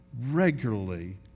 regularly